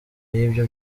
y’ibyo